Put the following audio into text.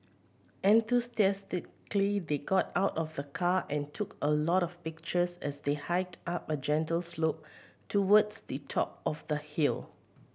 enthusiastically they got out of the car and took a lot of pictures as they hiked up a gentle slope towards the top of the hill